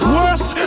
Worse